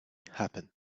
happen